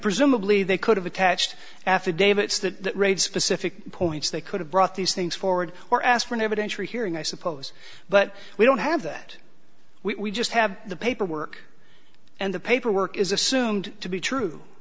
presumably they could have attached affidavits that raid specific points they could have brought these things forward or asked for an evidentiary hearing i suppose but we don't have that we just have the paperwork and the paperwork is assumed to be true